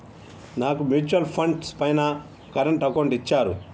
నాకున్న mutual funds పైన current account ఇచ్చారు